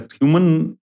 human